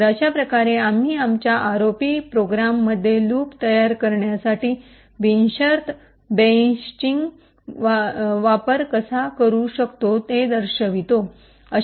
तर अशा प्रकारे आम्ही आमच्या आरओपी प्रोग्राममध्ये लूप तयार करण्यासाठी बिनशर्त ब्रैन्चींग वापर कसा करू शकतो हे दर्शवितो